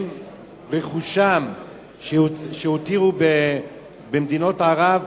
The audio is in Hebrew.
הם ורכושם שהותירו במדינות ערב,